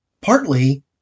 Partly